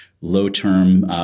low-term